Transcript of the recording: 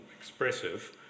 expressive